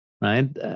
right